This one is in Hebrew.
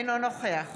אינו נוכח